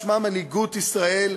ששמה מנהיגות ישראל,